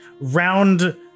round